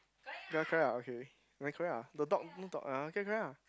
you're correct ah okay you are correct ah the dot no dot ah okay correct ah